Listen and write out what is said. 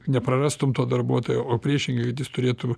neprarastum to darbuotojo o priešingai kad jis turėtų